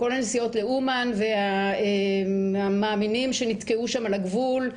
כל הנסיעות לאומן והמאמינים שנתקעו שם על הגבול.